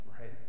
right